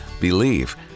Believe